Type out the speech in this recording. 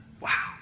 Wow